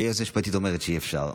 היועצת המשפטית אומרת שאי-אפשר.